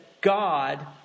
God